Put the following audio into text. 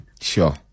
sure